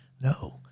No